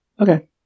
Okay